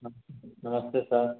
नमस्ते सर